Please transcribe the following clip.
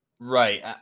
Right